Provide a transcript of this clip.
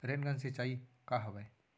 Rain gun सिंचाई का हवय?